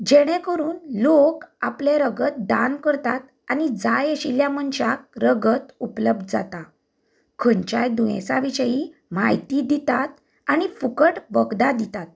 जेणे करून लोक आपले रगत दान करतात आनी जाय आशिल्या मनशाक रगत उपलब्द जाता खंयच्याय दुयेंसा विशयी म्हायती दितात आनी फुकट वखदां दितात